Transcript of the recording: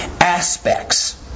aspects